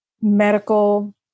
medical